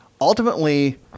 ultimately